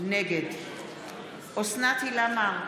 נגד אוסנת הילה מארק,